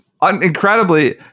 incredibly